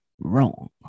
wrong